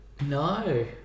no